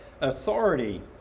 authority